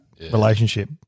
relationship